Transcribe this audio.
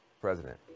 President